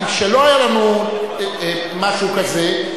כשלא היה לנו משהו כזה,